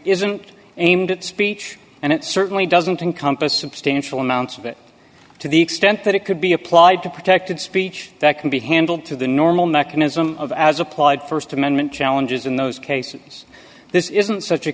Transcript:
isn't aimed at speech and it certainly doesn't encompass substantial amounts of it to the extent that it could be applied to protected speech that can be handled through the normal mechanism of as applied st amendment challenges in those cases this isn't such a